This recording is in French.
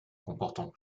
comportant